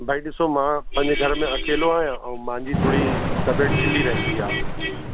भाई ॾिसो मां पंहिंजे घर में अकेलो आहियां ऐं मांजी थोरी तबियत ढिली रहंदी आहे